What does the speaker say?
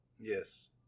Yes